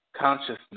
consciousness